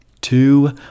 Two